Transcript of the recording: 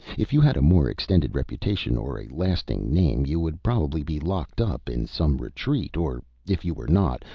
if you had a more extended reputation or a lasting name you would probably be locked up in some retreat or if you were not,